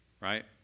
Right